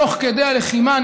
תוך כדי לחימה,